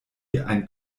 ein